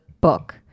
book